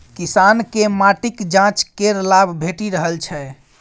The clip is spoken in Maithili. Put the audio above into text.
किसानकेँ माटिक जांच केर लाभ भेटि रहल छै